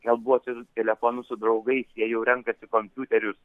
kalbuosi telefonu su draugais jie jau renkasi kompiuterius